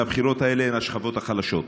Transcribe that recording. מהבחירות האלה הן השכבות החלשות.